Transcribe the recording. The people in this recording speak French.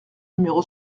numéro